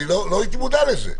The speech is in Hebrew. לא הייתי מודע לזה.